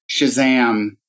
Shazam